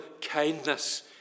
kindness